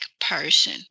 person